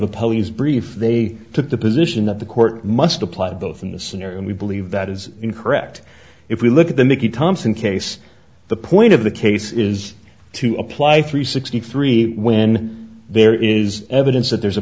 the polies brief they took the position that the court must apply to both in the scenario and we believe that is correct if we look at the mickey thompson case the point of the case is to apply three sixty three when there is evidence that there is a